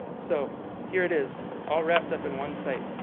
so here it is, all wrapped up in one site.